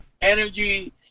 energy